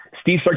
Steve